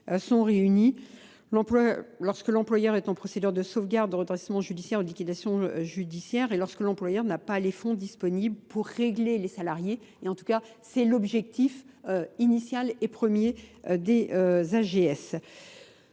sont réunies. Lorsque l'employeur est en procédure de sauvegarde de redressement judiciaire ou liquidation judiciaire et lorsque l'employeur n'a pas les fonds disponibles pour régler les salariés et en tout cas c'est l'objectif initial et premier des AGS.